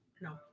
No